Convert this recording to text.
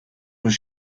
was